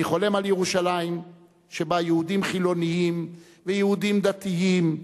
אני חולם על ירושלים שבה יהודים חילונים ויהודים דתיים,